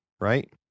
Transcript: Right